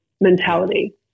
mentality